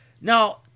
Now